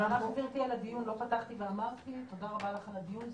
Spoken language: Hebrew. לא פתחתי ואמרתי: תודה רבה גברתי על הדיון,